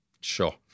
Sure